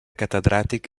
catedràtic